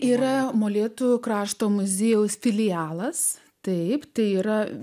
yra molėtų krašto muziejaus filialas taip tai yra